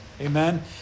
amen